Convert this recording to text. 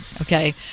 okay